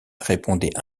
répondait